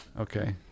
Okay